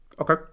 Okay